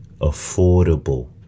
affordable